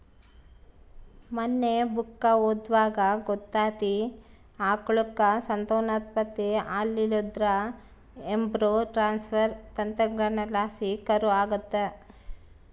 ಮನ್ನೆ ಬುಕ್ಕ ಓದ್ವಾಗ ಗೊತ್ತಾತಿ, ಆಕಳುಕ್ಕ ಸಂತಾನೋತ್ಪತ್ತಿ ಆಲಿಲ್ಲುದ್ರ ಎಂಬ್ರೋ ಟ್ರಾನ್ಸ್ಪರ್ ತಂತ್ರಜ್ಞಾನಲಾಸಿ ಕರು ಆಗತ್ತೆ